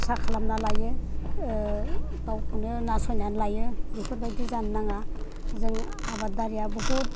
फिसा खालामना लायो गाव गावखौनो नासयना लायो बेफोरबादि जानो नाङा जों आबादारिया बहुद